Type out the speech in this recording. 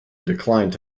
declined